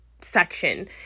section